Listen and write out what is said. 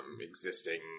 existing